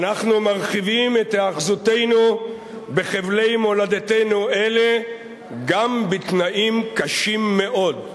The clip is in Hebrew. אנחנו מרחיבים את היאחזותנו בחבלי מולדתנו אלה גם בתנאים קשים מאוד.